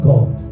God